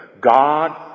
God